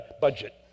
budget